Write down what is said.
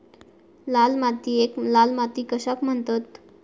लाल मातीयेक लाल माती कशाक म्हणतत?